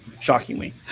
shockingly